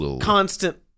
constant